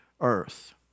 earth